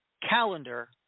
calendar